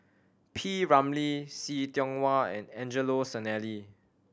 P Ramlee See Tiong Wah and Angelo Sanelli